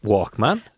Walkman